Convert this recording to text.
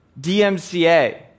DMCA